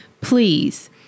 please